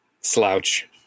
slouch